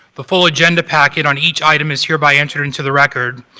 the full agenda packet on each item is here by entered into the record.